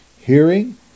hearing